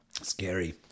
Scary